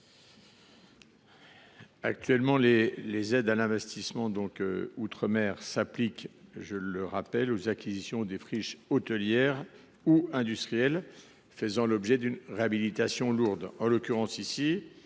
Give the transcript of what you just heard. Actuellement, les aides à l’investissement outre mer s’appliquent aux acquisitions de friches hôtelières ou industrielles faisant l’objet d’une réhabilitation lourde.